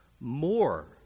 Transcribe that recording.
more